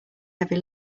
heavy